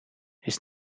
his